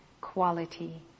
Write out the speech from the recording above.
quality